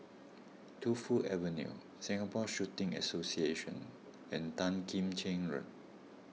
Tu Fu Avenue Singapore Shooting Association and Tan Kim Cheng Road